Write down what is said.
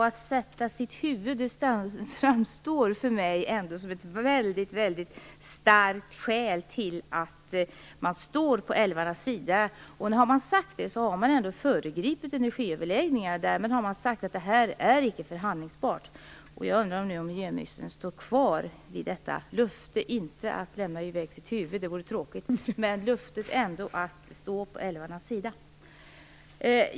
Att "sätta sitt huvud" framstår för mig ändå som ett väldigt starkt uttryck för att man står på älvarnas sida. Har man sagt det har man ändå föregripit energiöverläggningarna, och därmed har man sagt att frågan inte är förhandlingsbar. Jag undrar nu om miljöministern står kvar vid detta löfte. Jag menar inte löftet om att lämna i väg sitt huvud - det vore tråkigt - utan löftet att stå på älvarnas sida.